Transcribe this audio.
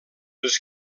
els